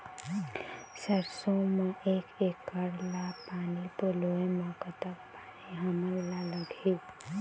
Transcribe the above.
सरसों म एक एकड़ ला पानी पलोए म कतक पानी हमन ला लगही?